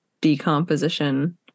decomposition